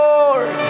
Lord